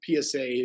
PSA